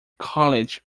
college